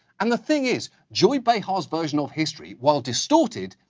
and the thing is, joy behar's version of history, while distorted,